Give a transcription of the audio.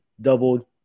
doubled